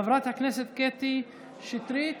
חברת הכנסת קטי שטרית,